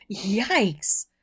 Yikes